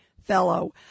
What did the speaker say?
Fellow